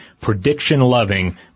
prediction-loving